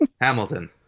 Hamilton